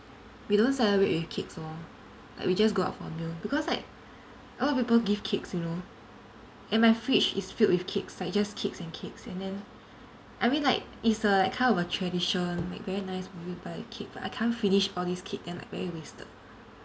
we don't celebrate with cakes lor like we just go out for a meal because like a lot of people give cakes you know and my fridge is filled with cakes like just cakes and cakes and then I mean like it's a kind of like a tradition like very nice of you to buy a cake but I can't finish all these cake and like very wasted